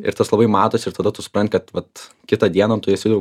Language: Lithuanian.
ir tas labai matosi ir tada tu supranti kad vat kitą dieną tu esi jau